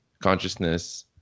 consciousness